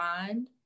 mind